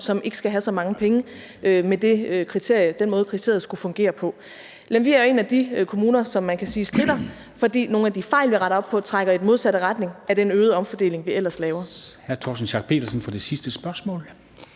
der ikke skulle have så mange penge ud fra den måde, som kriteriet skulle fungere på. Lemvig er en af de kommuner, som man kan sige stritter, fordi nogle af de fejl, vi retter op på, trækker i den modsatte retning af den øgede omfordeling, vi ellers laver.